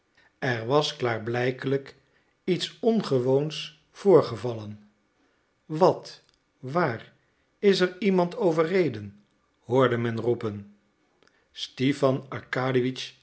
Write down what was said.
er was klaarblijkelijk iets ongewoons voorgevallen wat waar is er iemand overreden hoorde men roepen stipan